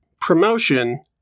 promotion